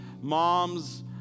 Moms